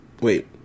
wait